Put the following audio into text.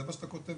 זה מה שאתה כותב,